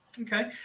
Okay